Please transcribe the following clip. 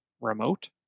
remote